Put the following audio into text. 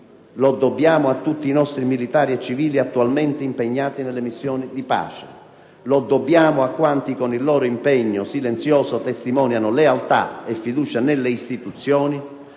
Lo dobbiamo a tutti i nostri militari e civili attualmente impegnati nelle missioni di pace. Lo dobbiamo a quanti con il loro impegno silenzioso testimoniano lealtà e fiducia nelle istituzioni.